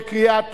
בקריאה טרומית.